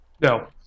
no